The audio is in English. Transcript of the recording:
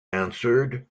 answered